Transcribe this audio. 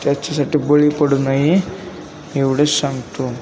त्याच्यासाठी बळी पडू नाही एवढेच सांगतो